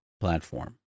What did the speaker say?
platform